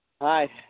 Hi